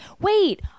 Wait